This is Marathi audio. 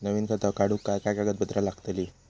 नवीन खाता काढूक काय काय कागदपत्रा लागतली?